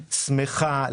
כלכלה שמחה,